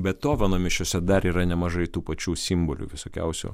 betoveno mišiose dar yra nemažai tų pačių simbolių visokiausių